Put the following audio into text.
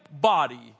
body